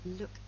look